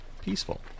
peaceful